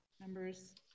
members